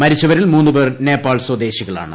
മരിച്ചവരിൽ മൂന്നുപേർ നേപ്പാൾ സ്വദേശികളാണ്